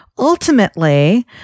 Ultimately